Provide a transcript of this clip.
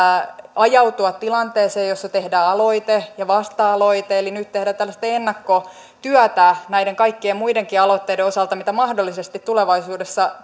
ajautua tilanteeseen jossa tehdään aloite ja vasta aloite eli nyt tehdään tällaista ennakkotyötä näiden kaikkien muidenkin aloitteiden osalta mitä mahdollisesti tulevaisuudessa